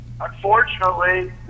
unfortunately